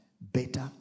better